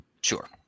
sure